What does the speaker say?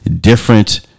different